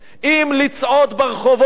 אם לצעוד ברחובות